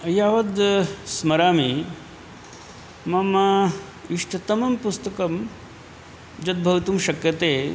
यावद्द् स्मरामि मम इष्टतमं पुस्तकं यद्भवितुं शक्यते